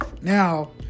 Now